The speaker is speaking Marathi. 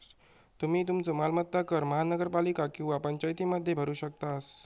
तुम्ही तुमचो मालमत्ता कर महानगरपालिका किंवा पंचायतीमध्ये भरू शकतास